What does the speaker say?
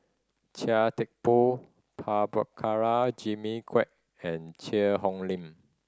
Chia Thye Poh Prabhakara Jimmy Quek and Cheang Hong Lim